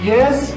Yes